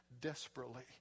desperately